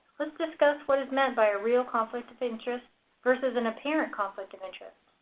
let's discuss what is meant by a real conflict of interest versus an apparent conflict of interest.